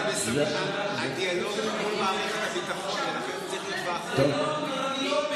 הדיאלוג מול מערכת הביטחון צריך להיות ועחו"ב.